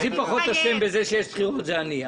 הכי פחות אשם בזה שיש בחירות זה אני,